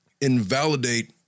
invalidate